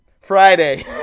Friday